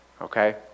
okay